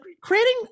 creating